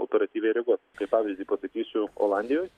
operatyviai reaguot kaip pavyzdį pasakysiu olandijoj